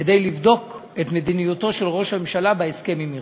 כדי לבדוק את מדיניותו של ראש הממשלה בהסכם עם איראן.